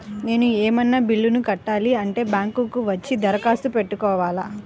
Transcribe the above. నేను ఏమన్నా బిల్లును కట్టాలి అంటే బ్యాంకు కు వచ్చి దరఖాస్తు పెట్టుకోవాలా?